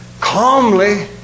calmly